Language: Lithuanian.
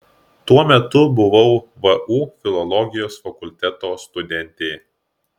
tuo metu buvau vu filologijos fakulteto studentė